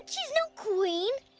but she is no queen.